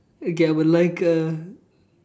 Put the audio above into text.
okay I would like a